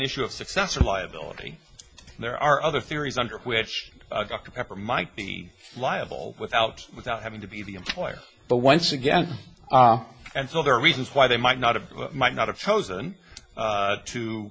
issue of success or viability there are other theories under which dr pepper might be liable without without having to be the employer but once again and so there are reasons why they might not have might not have chosen